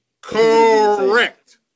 Correct